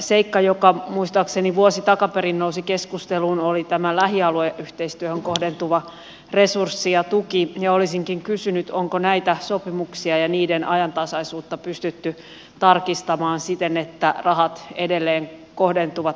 seikka joka muistaakseni vuosi takaperin nousi keskusteluun oli tämä lähialueyhteistyöhön kohdentuva resurssi ja tuki ja olisinkin kysynyt onko näitä sopimuksia ja niiden ajantasaisuutta pystytty tarkistamaan siten että rahat edelleen kohdentuvat tarkoituksenmukaisella tavalla